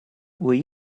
will